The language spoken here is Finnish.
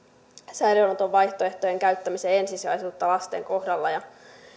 säilöönoton vaihtoehtojen käyttämisen ensisijaisuutta lasten kohdalla